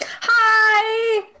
Hi